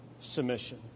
Submission